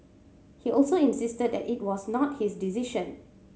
he also insisted that it was not his decision